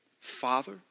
Father